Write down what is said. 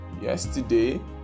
yesterday